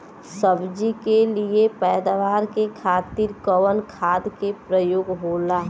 सब्जी के लिए पैदावार के खातिर कवन खाद के प्रयोग होला?